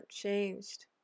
changed